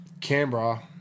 Canberra